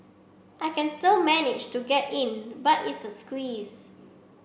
I can still manage to get in but it's a squeeze